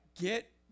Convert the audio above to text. get